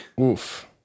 oof